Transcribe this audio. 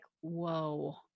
whoa